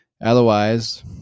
Otherwise